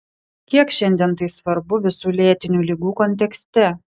kiek šiandien tai svarbu visų lėtinių ligų kontekste